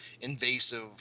invasive